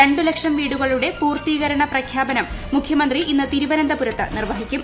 രണ്ടു ലക്ഷം വീടുകളുടെ പൂർത്തീകരണ പ്രഖ്യാപനം മുഖ്യമന്ത്രി ഇന്ന് തിരുവനന്തപുരത്ത് നിർവ്വഹിക്കും